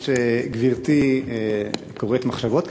כיוון שגברתי קוראת מחשבות,